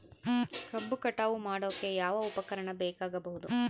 ಕಬ್ಬು ಕಟಾವು ಮಾಡೋಕೆ ಯಾವ ಉಪಕರಣ ಬೇಕಾಗಬಹುದು?